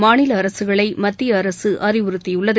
மாநில அரசுகளை மத்திய அரசு அறிவுறுத்தியுள்ளது